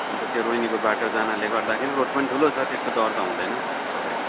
अन्त त्यो रोहिणीको बाटो जानाले गर्दाखेरि रोड पनि ठुलो छ त्यस्तो डर त हुँदैन तपाईँको